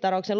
tosi